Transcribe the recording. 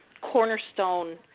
cornerstone –